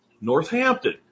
Northampton